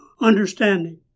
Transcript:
understanding